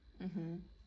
mmhmm